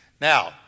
Now